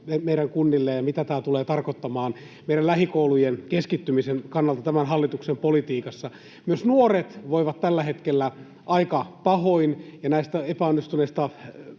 meidän kunnille ja mitä tämä tulee tarkoittamaan meidän lähikoulujen keskittymisen kannalta tämän hallituksen politiikassa. Myös nuoret voivat tällä hetkellä aika pahoin, ja näillä huonoilla